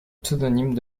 pseudonymes